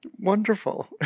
wonderful